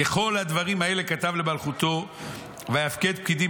"ככל הדברים האלה כתב למלכותו ויפקד פקידים